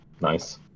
Nice